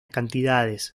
cantidades